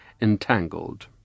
entangled